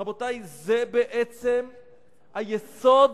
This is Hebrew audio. רבותי, זה בעצם היסוד